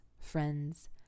friends